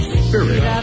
spirit